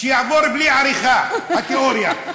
כדי שתעבור בלי עריכה, התיאוריה.